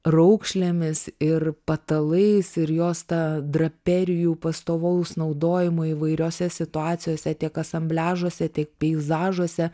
raukšlėmis ir patalais ir jos ta draperijų pastovaus naudojimo įvairiose situacijose tiek asambliažuose tiek peizažuose